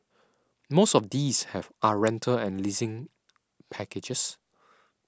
most of these are rental and leasing packages